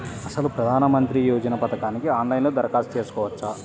అసలు ప్రధాన మంత్రి యోజన పథకానికి ఆన్లైన్లో దరఖాస్తు చేసుకోవచ్చా?